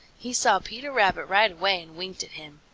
he saw peter rabbit right away and winked at him.